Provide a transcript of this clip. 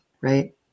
right